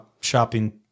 shopping